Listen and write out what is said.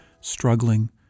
struggling